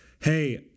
hey